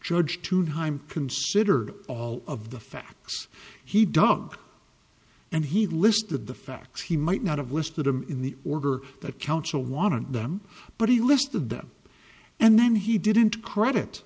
judge to hime consider all of the facts he dug and he listed the facts he might not have west of them in the order that counsel want them but he listed them and then he didn't credit